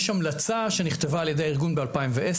יש המלצה שנכתבה על ידי הארגון ב-2010,